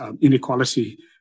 inequality